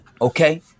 Okay